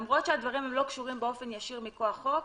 למרות שהדברים לא קשורים באופן ישיר מכוח חוק,